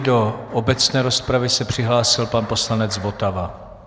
Do obecné rozpravy se přihlásil pan poslanec Votava.